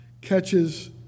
catches